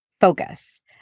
focus